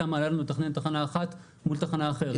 כמה עלה לנו לתכנן תחנה אחת מול תחנה אחרת.